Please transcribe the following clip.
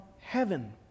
heaven